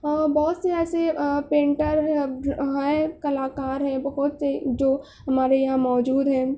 اور بہت سے ایسے پینٹر ہیں کلاکار ہیں بہت سے جو ہمارے یہاں موجود ہیں